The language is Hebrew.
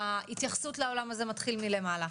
ההתייחסות לעולם הזה מתחיה מלמעלה,